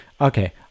okay